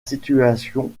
situation